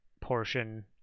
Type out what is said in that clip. portion